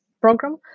program